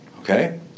Okay